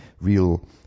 real